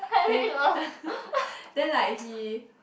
then then like he